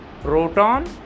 proton